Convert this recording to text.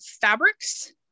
fabrics